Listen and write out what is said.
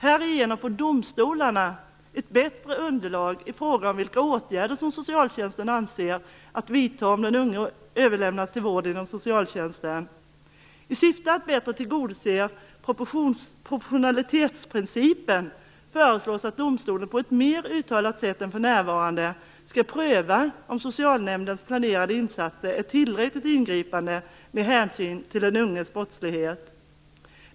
Härigenom får domstolarna ett bättre underlag i fråga om vilka åtgärder som socialtjänsten avser vidta om den unge överlämnas till vård inom socialtjänsten. I syfte att bättre tillgodose proportionalitetsprincipen föreslås att domstolen på ett mer uttalat sätt än nu skall pröva om socialnämndens planerade insatser är tillräckligt ingripande med hänsyn till den unges brottslighet.